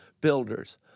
builders